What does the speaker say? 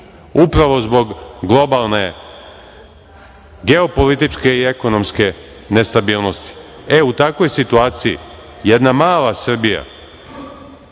upravo zbog globalne geopolitičke i ekonomske nestabilnosti.U takvoj situaciji jedna mala Srbija,